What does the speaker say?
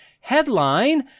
headline